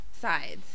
sides